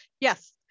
Yes